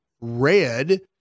red